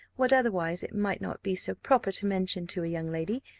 what otherwise it might not be so proper to mention to a young lady,